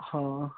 ਹਾਂ